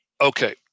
okay